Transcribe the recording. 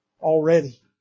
already